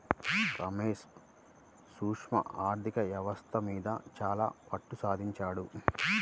రమేష్ సూక్ష్మ ఆర్ధిక వ్యవస్థ మీద చాలా పట్టుసంపాదించాడు